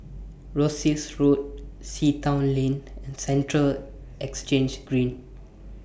Rosyth Road Sea Town Lane and Central Exchange Green